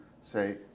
say